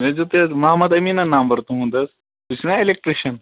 مےٚ دیُت حظ محمد أمیٖنَن نَمبَر تُہُنٛد حظ تُہۍ چھُو نا اٮ۪لَکٹریشَن